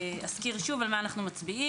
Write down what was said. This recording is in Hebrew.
אזכיר שוב על מה אנו מצביעים.